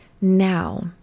now